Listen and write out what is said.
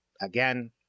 Again